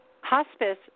Hospice